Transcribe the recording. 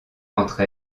entre